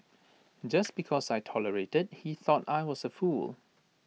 just because I tolerated he thought I was A fool